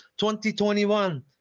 2021